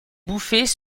bouffées